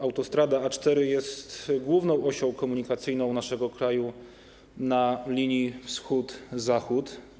Autostrada A4 jest główną osią komunikacyjną naszego kraju na linii wschód - zachód.